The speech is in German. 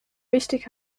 wichtig